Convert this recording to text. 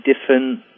different